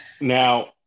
now